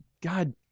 God